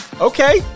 Okay